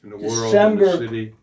December